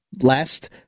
last